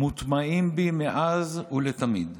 מוטמעים בי מאז ולתמיד.